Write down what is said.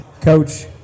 Coach